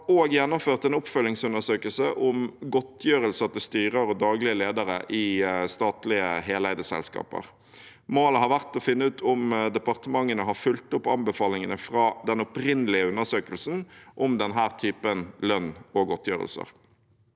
også gjennomført en oppfølgingsundersøkelse om godtgjørelser til styrer og daglige ledere i statlige heleide selskaper. Målet har vært å finne ut om departementene har fulgt opp anbefalingene fra den opprinnelige undersøkelsen om denne typen lønn og godtgjørelser.